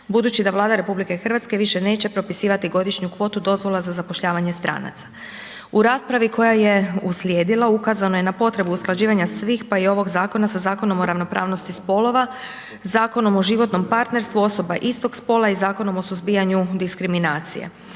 budući da Vlada RH više neće propisivat godišnju kvotu dozvola za zapošljavanje stranca. U raspravi koja je uslijedila ukazano je na potrebu usklađivanja svih pa i ovog zakona sa Zakonom o ravnopravnosti spolova, Zakona o životnom partnerstvu osoba istog spola i Zakonom o suzbijanju diskriminacije.